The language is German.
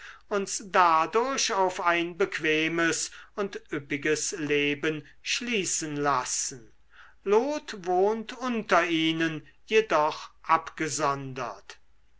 uns dadurch auf ein bequemes und üppiges leben schließen lassen lot wohnt unter ihnen jedoch abgesondert